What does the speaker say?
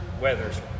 Weathers